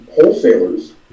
wholesalers